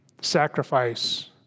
sacrifice